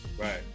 right